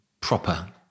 proper